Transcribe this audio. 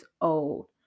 old